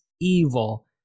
evil